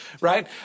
right